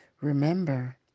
Remember